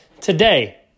today